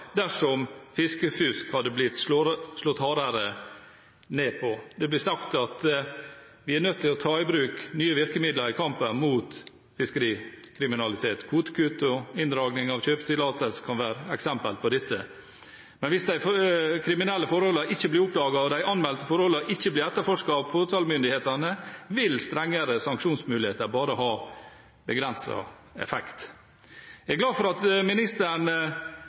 dersom fiskefusk hadde blitt slått hardere ned på. Det ble sagt at vi er nødt til å ta i bruk nye virkemidler i kampen mot fiskerikriminalitet. Kvotekutt og inndragning av kjøpetillatelse kan være eksempler på dette. Men hvis de kriminelle forholdene ikke blir oppdaget, og de anmeldte forholdene ikke blir etterforsket av påtalemyndighetene, vil strengere sanksjonsmuligheter bare ha begrenset effekt. Jeg er glad for at ministeren